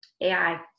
AI